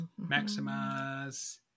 Maximize